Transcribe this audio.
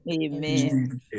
Amen